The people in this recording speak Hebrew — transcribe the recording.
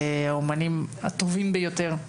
האומנים הטובים ביותר,